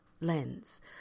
lens